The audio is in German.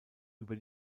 über